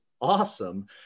awesome